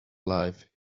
life